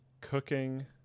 cooking